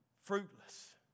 fruitless